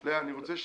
אני יודע.